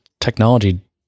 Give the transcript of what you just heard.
technology